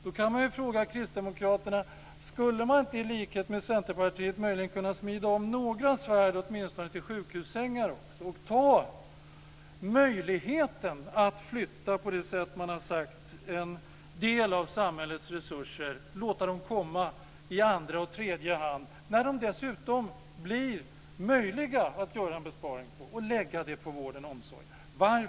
Då kan man fråga Kristdemokraterna: Skulle man inte i likhet med Centerpartiet kunna smida om åtminstone några svärd till sjuhussängar och ta möjligheten att flytta en del av samhällets resurser, på det sätt man har sagt, och låta annat komma i andra och tredje hand, när det dessutom blir möjligt att göra en besparing och lägga de medlen på vården och omsorgen?